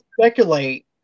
speculate